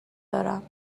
دارم